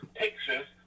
pictures